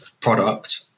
product